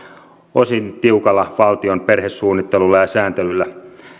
osin tiukalla valtion perhesuunnittelulla ja sääntelyllä